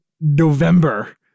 November